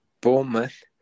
Bournemouth